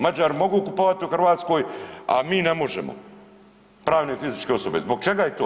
Mađari mogu kupovati u Hrvatskoj a mi ne možemo, pravne i fizičke osobe, zbog čega je to?